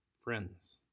friends